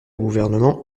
gouvernement